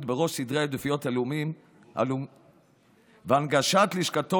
בראש סדרי העדיפויות הלאומיים והנגשת לשכתו